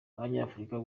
abanyafurika